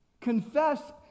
confess